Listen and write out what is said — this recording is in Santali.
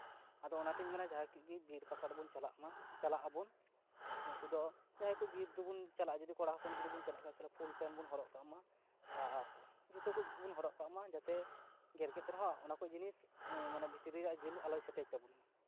ᱟᱫᱚ ᱚᱱᱟ ᱛᱤᱧ ᱢᱮᱱᱟ ᱡᱟᱦᱟᱸᱭ ᱠᱚᱡ ᱜᱮ ᱵᱤᱨ ᱯᱟᱠᱟᱲ ᱵᱚᱱ ᱪᱟᱞᱟᱜᱼᱢᱟ ᱪᱟᱞᱟᱜ ᱟᱵᱚᱱ ᱩᱱᱠᱩ ᱫᱚ ᱡᱟᱦᱟᱸᱭ ᱠᱚ ᱵᱤᱨ ᱛᱮᱵᱚᱱ ᱪᱟᱞᱟᱜᱼᱟ ᱠᱚᱲᱟ ᱦᱚᱯᱚᱱ ᱡᱩᱫᱤ ᱵᱚᱱ ᱪᱟᱞᱟᱜ ᱠᱷᱟᱡ ᱯᱷᱩᱞ ᱯᱮᱱ ᱵᱚᱱ ᱦᱚᱨᱚᱜ ᱠᱟᱜᱼᱢᱟ ᱟᱨ ᱡᱩᱛᱟᱹ ᱠᱚ ᱵᱚᱱ ᱦᱚᱨᱚᱜ ᱠᱟᱜ ᱢᱟ ᱡᱟᱛᱮ ᱜᱮᱨ ᱠᱟᱛᱮ ᱨᱮᱦᱚᱸ ᱚᱱᱟᱠᱚ ᱡᱤᱱᱤᱥ ᱵᱷᱤᱛᱨᱤ ᱨᱮᱭᱟᱜ ᱡᱤᱞ ᱟᱞᱚᱭ ᱥᱮᱴᱮᱡ ᱛᱟᱵᱚᱱ ᱢᱟ